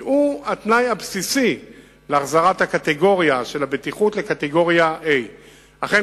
כי הוא התנאי הבסיסי להחזרת הדירוג של הבטיחות לקטגוריה A. אכן,